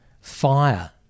fire